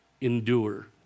endure